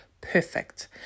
perfect